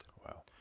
wow